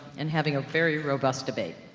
and having a very robust debate.